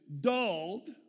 Dulled